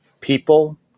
People